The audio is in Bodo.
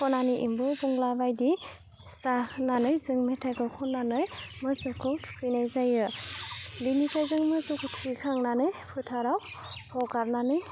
खनानि एम्बु बंग्ला बायदि जा होननानै जों मेथाइखौ खननानै मोसौखौ थुखैनाय जायो बेनिफ्राय जों मोसौखौ थुखैखांनानै फोथाराव हगारनानै